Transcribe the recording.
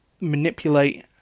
manipulate